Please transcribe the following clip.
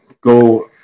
go